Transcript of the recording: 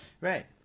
Right